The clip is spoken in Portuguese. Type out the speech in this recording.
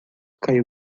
caiu